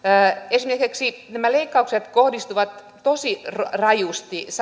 esimerkiksi nämä leikkaukset kohdistuvat tosi rajusti